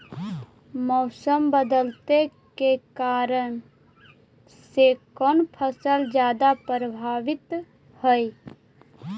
मोसम बदलते के कारन से कोन फसल ज्यादा प्रभाबीत हय?